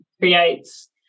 creates